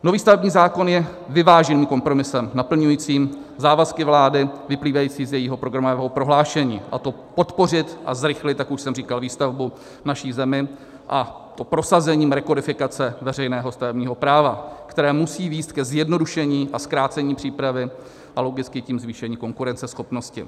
Nový stavební zákon je vyváženým kompromisem naplňujícím závazky vlády vyplývající z jejího programového prohlášení, a to podpořit a zrychlit, jak už jsem říkal, výstavbu v naší zemi a prosazením rekodifikace veřejného stavebního práva, které musí vést ke zjednodušení a zkrácení přípravy, a logicky tím ke zvýšení konkurenceschopnosti.